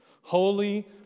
Holy